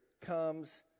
comes